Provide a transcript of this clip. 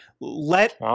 let